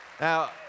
Now